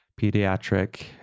pediatric